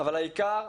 אבל העיקר,